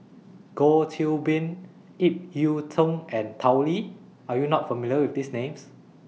Goh Qiu Bin Ip Yiu Tung and Tao Li Are YOU not familiar with These Names